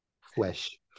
Flesh